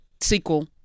sequel